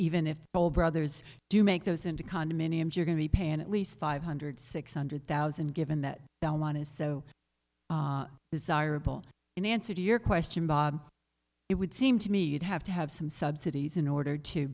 even if old brothers do make those into condominiums you're going to be paying at least five hundred six hundred thousand given that belmont is so desirable in answer to your question bob it would seem to me to have to have some subsidies in order to